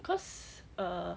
cause err